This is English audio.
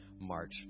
march